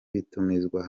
bitumizwa